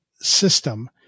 system